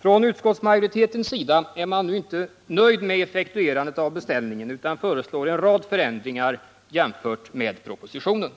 Från utskottsmajoritetens sida är man ändå inte nöjd med effektuerandet av beställningen, utan man föreslår en rad förändringar jämfört med propositionen.